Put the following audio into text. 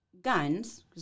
guns